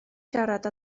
siarad